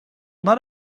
not